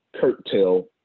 curtail